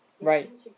Right